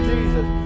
Jesus